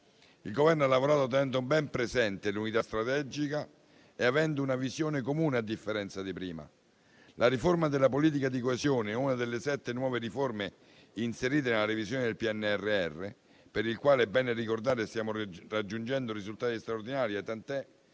Il Governo ha lavorato tenendo ben presente l'unità strategica e avendo una visione comune, a differenza di prima. La riforma della politica di coesione è una delle sette nuove riforme inserite nella revisione del PNRR - rispetto al quale è bene ricordare che stiamo raggiungendo risultati straordinari, tant'è